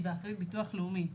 היא באחריות ביטוח לאומי.